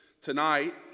tonight